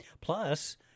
Plus